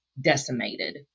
decimated